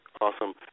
Awesome